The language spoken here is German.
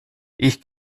ich